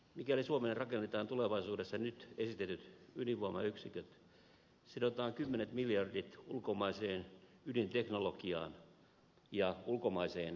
mikäli suomeen rakennetaan tulevaisuudessa nyt esitetyt ydinvoimayksiköt sidotaan kymmenet miljardit ulkomaiseen ydinteknologiaan ja ulkomaiseen työvoimaan